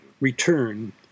return